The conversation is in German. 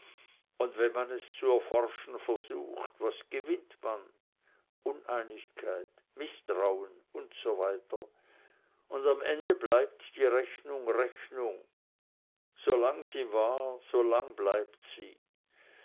und wenn man es zu erforschen versucht was gewinnt man uneinigkeit mißtrauen usw und am ende bleibt die rechnung rechnung so lang sie war so lang bleibt sie